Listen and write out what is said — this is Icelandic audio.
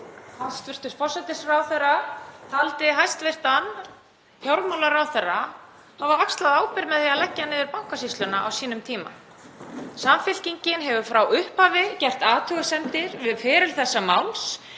Hæstv. forsætisráðherra taldi hæstv. fjármálaráðherra hafa axlað ábyrgð með því að leggja niður Bankasýsluna á sínum tíma. Samfylkingin hefur frá upphafi gert athugasemdir við feril þessa máls.